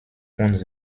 und